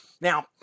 Now